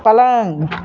पलङ्ग